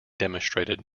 demonstrated